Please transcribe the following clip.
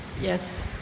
Yes